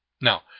Now